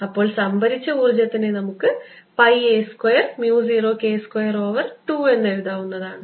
അപ്പോൾ സംഭരിച്ച ഊർജ്ജത്തിനെ നമുക്ക് pi a square mu 0 K square over 2 എന്നെഴുതാവുന്നതാണ്